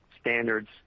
standards